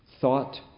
thought